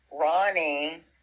Ronnie